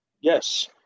Yes